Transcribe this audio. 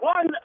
One